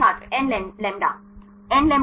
छात्र nλ